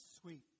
sweet